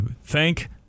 thank